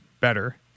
better